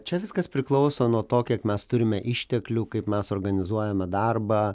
čia viskas priklauso nuo to kiek mes turime išteklių kaip mes organizuojame darbą